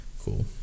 Cool